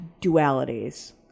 dualities